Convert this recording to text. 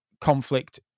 conflict